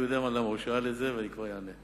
הוא יודע למה הוא שאל את זה, ואני כבר אענה.